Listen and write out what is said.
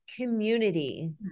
community